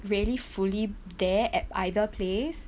really fully there at either place